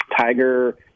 Tiger